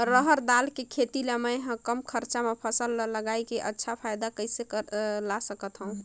रहर दाल के खेती ला मै ह कम खरचा मा फसल ला लगई के अच्छा फायदा कइसे ला सकथव?